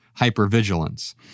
hypervigilance